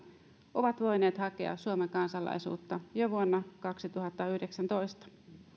ovat voineet hakea suomen kansalaisuutta jo vuonna kaksituhattayhdeksäntoista